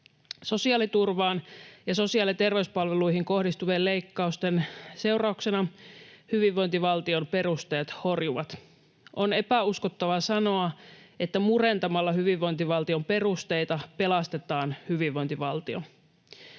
Sosiaaliturvaan ja sosiaali- ja terveyspalveluihin kohdistuvien leikkausten seurauksena hyvinvointivaltion perusteet horjuvat. On epäuskottavaa sanoa, että murentamalla hyvinvointivaltion perusteita pelastetaan hyvinvointivaltio.